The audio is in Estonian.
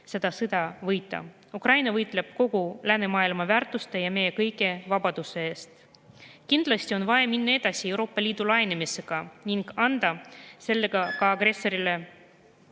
see sõda võita. Ukraina võitleb kogu läänemaailma väärtuste ja meie kõigi vabaduse eest. Kindlasti on vaja minna edasi Euroopa Liidu laienemisega ning anda sellega ka agressorile